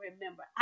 remember